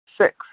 six